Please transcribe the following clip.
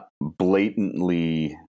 blatantly